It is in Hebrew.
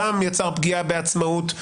זה גם יצר פגיעה בעצמאות,